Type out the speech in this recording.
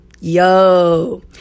Yo